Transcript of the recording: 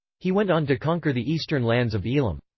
he went on to conquer the eastern lands of elam.